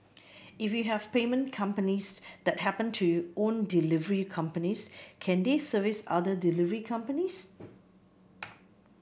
if you have payment companies that happen to own delivery companies can they service other delivery companies